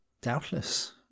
Doubtless